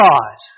God